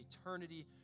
eternity